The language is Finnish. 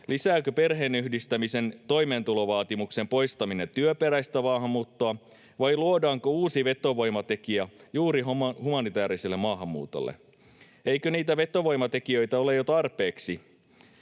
lisääkö perheenyhdistämisen toimeentulovaatimuksen poistaminen työperäistä maahanmuuttoa vai luodaanko uusi vetovoimatekijä juuri humanitääriselle maahanmuutolle? Eikö niitä vetovoimatekijöitä ole jo tarpeeksi?